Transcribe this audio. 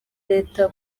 leta